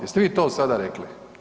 Jeste vi to sada rekli?